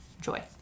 joy